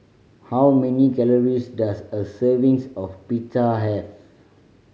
how many calories does a servings of Pita have